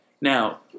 Now